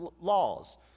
laws